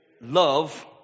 Love